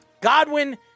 Godwin